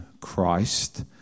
Christ